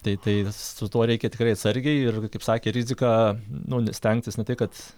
tai tai su tuo reikia tikrai atsargiai ir kaip sakė rizika nu stengtis ne tai kad